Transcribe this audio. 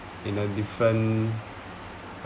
in a different